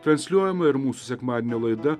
transliuojama ir mūsų sekmadienio laida